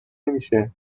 نمیشه